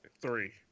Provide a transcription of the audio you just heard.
three